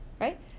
right